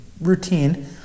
routine